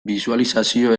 bisualizazio